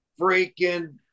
freaking